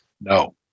No